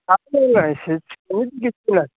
ପାଖରେ ନାହିଁ ସେମିତି କିଛି ନାହିଁ